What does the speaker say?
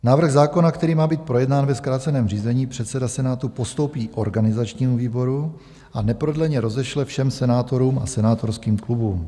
Návrh zákona, který má být projednán ve zkráceném řízení, předseda Senátu postoupí organizačnímu výboru a neprodleně rozešle všem senátorům a senátorským klubům.